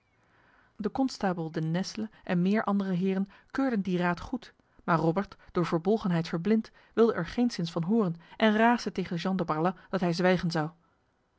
de konstabel de nesle en meer andere heren keurden die raad goed maar robert door verbolgenheid verblind wilde er geenszins van horen en raasde tegen jean de barlas dat hij zwijgen zou